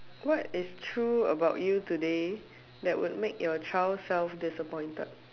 what is true about you today that would make your child self disappointed